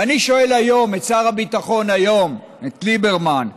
ואני שואל היום את שר הביטחון, את ליברמן: